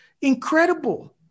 incredible